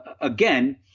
again